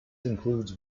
includes